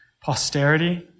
posterity